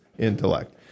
Intellect